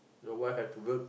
your wife have to work